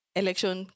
election